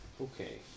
Okay